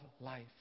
life